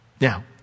Now